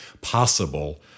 possible